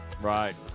Right